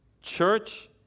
church